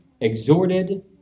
exhorted